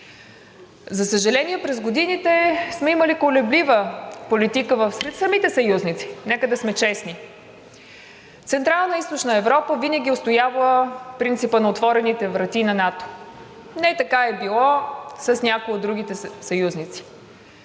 За съжаление, през годините сме имали колеблива политика сред самите съюзници – нека да сме честни – Централна Източна Европа винаги е устоявала принципа на отворените врати на НАТО. Не така е било с някои от другите съюзници.